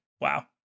wow